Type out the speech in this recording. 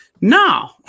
no